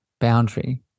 boundary